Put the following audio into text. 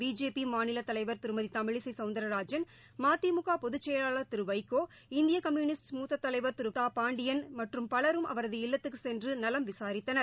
பிஜேபிமாநில தலைவர் திருமதிதமிழிசைசௌந்தர்ராஜன் மதிமுகபொதுச்செயலாளர் திருவைகோ இந்தியகம்யுனிஸ்ட் மூத்த தலைவா் திருதாபாண்டியன் மற்றும் பலரும் அவரது இல்லத்துக்குச் சென்றுநலம் விசாரித்தனர்